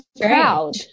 proud